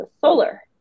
solar